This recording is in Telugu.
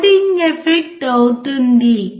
లోడింగ్ ఎఫెక్ట్ అవుతుంది